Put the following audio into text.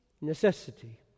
necessity